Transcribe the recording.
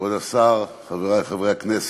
כבוד השר, חברי חברי הכנסת,